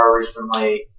recently